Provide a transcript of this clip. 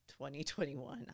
2021